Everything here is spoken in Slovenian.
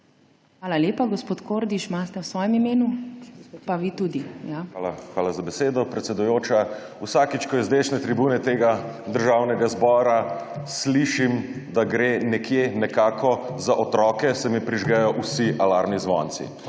Hvala lepa. Gospod Kordiš imate v svojem imenu? Pa vi tudi. MIHA KORDIŠ (PS Levica): Hvala za besedo, predsedujoča. Vsakič, ko z zdajšnje tribune tega državnega zbora slišim, da gre nekje nekako za otroke, se mi prižgejo vsi alarmni zvonci.